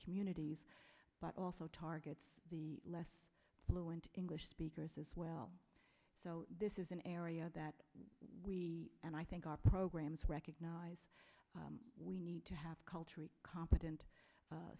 communities but also targets the less fluent english speakers as well so this is an area that we and i think our programs recognize we need to have culturally competent